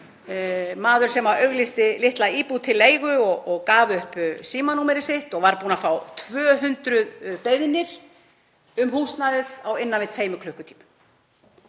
maður sem auglýsti litla íbúð til leigu og gaf upp símanúmerið sitt og var búinn að fá 200 beiðnir um húsnæðið á innan við tveimur klukkutímum.